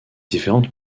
différentes